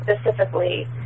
specifically